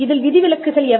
இதில் விதிவிலக்குகள் எவை